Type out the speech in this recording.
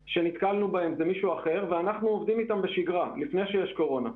אנחנו עובדים איתם בשגרה עוד לפני הקורונה.